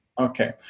Okay